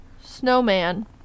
snowman